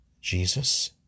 Jesus